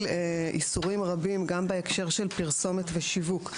גם איסורים רבים גם בהקשר של פרסומת ושיווק,